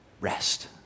rest